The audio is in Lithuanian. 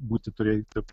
būti turėti